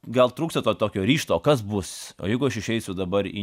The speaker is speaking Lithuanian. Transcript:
gal trūksta to tokio ryžto kas bus o jeigu aš išeisiu dabar į